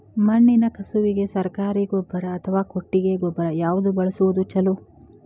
ಮಣ್ಣಿನ ಕಸುವಿಗೆ ಸರಕಾರಿ ಗೊಬ್ಬರ ಅಥವಾ ಕೊಟ್ಟಿಗೆ ಗೊಬ್ಬರ ಯಾವ್ದು ಬಳಸುವುದು ಛಲೋ?